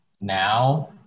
now